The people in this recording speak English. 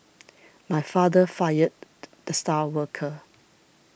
my father fired the star worker